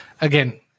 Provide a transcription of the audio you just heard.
again